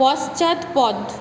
পশ্চাৎপদ